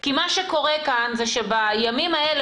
כי מה שקורה כאן הוא שבימים האלה,